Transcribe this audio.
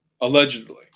Allegedly